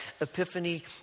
Epiphany